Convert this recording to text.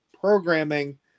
programming